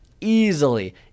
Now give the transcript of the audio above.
easily